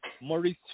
Maurice